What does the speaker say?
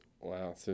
wow